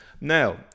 Now